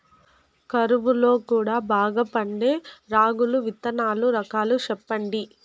కరువు లో కూడా బాగా పండే రాగులు విత్తనాలు రకాలు చెప్పండి?